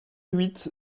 huit